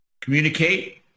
communicate